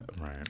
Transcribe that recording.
right